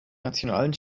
nationalen